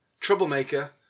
Troublemaker